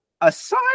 Aside